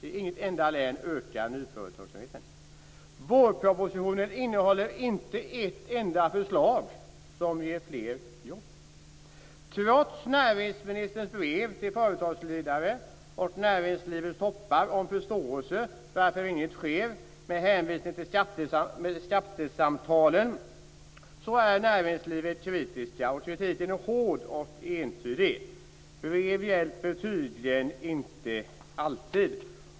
I inget enda län ökar nyföretagsamheten. Vårpropositionen innehåller inte ett enda förslag som ger fler jobb. Trots näringsministerns brev till företagsledare och näringslivets toppar om förståelse för att inget sker med hänvisning till skattesamtalen är näringslivet kritiskt. Kritiken är hård och entydig. Brev hjälper tydligen inte alltid.